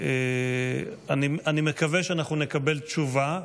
אני מקווה שנקבל תשובה,